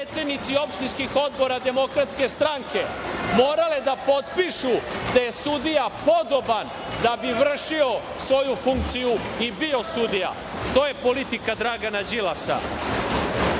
predsednici opštinskih odbora DS morale da potpišu da je sudija podoban da bi vršio svoju funkciju i bio sudija. To je politika Dragana Đilasa. Kada